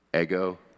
Ego